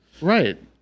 Right